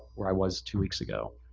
where i was two weeks ago.